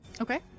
Okay